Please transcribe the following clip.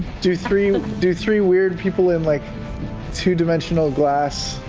do three do three weird people in like two-dimensional glass.